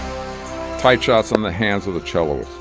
tight shots on the hands of the cello.